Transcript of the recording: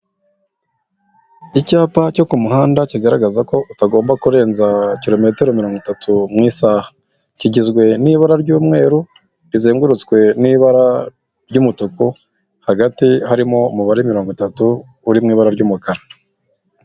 Icyapa cyo ku muhanda kigaragaza ko utagomba kurenza kilometero mirongo itatu mu isaha. Kigizwe n'ibara ry'umweru, rizengurutswe n'ibara ry'umutuku, hagati harimo umubare mirongo itatu, uri mu ibara ry'umukara.